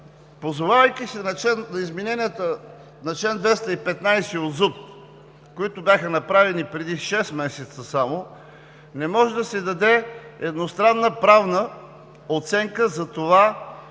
Позовавайки се на измененията на чл. 215 от ЗУТ, които бяха направени преди шест месеца само, не може да се даде едностранна правна оценка за това